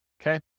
Okay